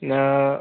ना